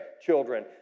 children